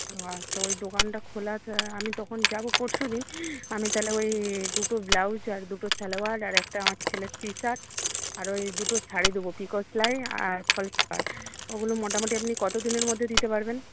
ও আচ্ছা ওই দোকানটা খোলাতে আমি তখন যাব পরশু দিন আমি তাহলে ওই দুটো ব্লাউজ আর দুটো সালোয়ার আর একটা আমার ছেলের টিশার্ট আর ওই দুটো শাড়ি দেব পিকো সেলাই আর ফলস পাড় ওগুলো মোটামুটি আপনি কতদিনের মধ্যে দিতে পারবেন